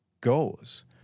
goes